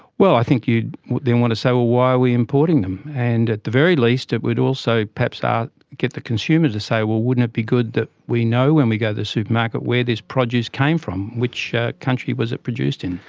well, i think you'd then want to say, well why are we importing them? and at the very least it would also perhaps ah get the consumer to say well wouldn't it be good that we know when we go to the supermarket where this produce came from, which country was it produced in,